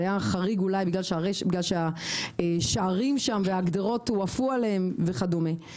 והוא היה חריג בגלל שהשערים שם והגדרות הועפו עליהם וכדומה.